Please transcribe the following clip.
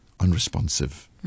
unresponsive